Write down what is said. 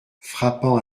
frappant